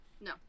No